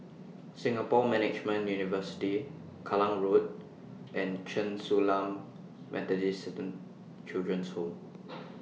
Singapore Management University Kallang Road and Chen Su Lan Methodist Children's Home